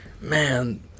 man